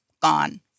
gone